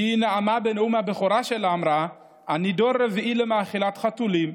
היא נאמה בנאום הבכורה שלה ואמרה: "אני דור רביעי למאכילת חתולים,